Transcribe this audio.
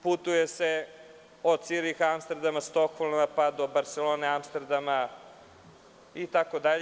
Putuje se od Ciriha, Amsterdama, Stokholma, pa do Barselone, Amsterdama itd.